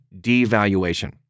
devaluation